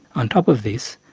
on top of this,